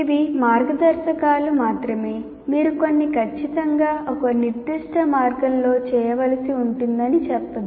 ఇవి మార్గదర్శకాలు మాత్రమే మీరు దీన్ని ఖచ్చితంగా ఒక నిర్దిష్ట మార్గంలో చేయవలసి ఉంటుందని చెప్పదు